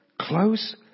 close